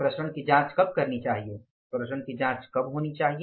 विचरण की जांच कब करनी चाहिए विचरण की जांच कब होनी चाहिए